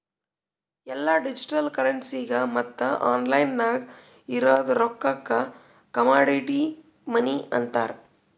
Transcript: ಎಲ್ಲಾ ಡಿಜಿಟಲ್ ಕರೆನ್ಸಿಗ ಮತ್ತ ಆನ್ಲೈನ್ ನಾಗ್ ಇರದ್ ರೊಕ್ಕಾಗ ಕಮಾಡಿಟಿ ಮನಿ ಅಂತಾರ್